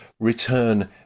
Return